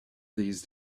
these